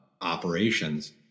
operations